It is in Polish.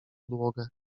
podłogę